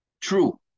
true